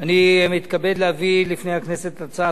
אני מתכבד להביא לפני הכנסת הצעת חוק